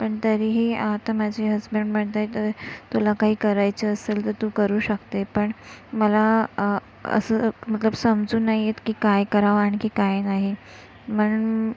पण तरीही आता माझे हसबंड म्हणत आहेत तुला काही करायचं असेल तर तू करू शकते पण मला असं मतलब समजून नाही येत की काय करावं आणखी काय नाही म्हणून